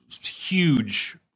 huge